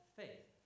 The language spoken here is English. faith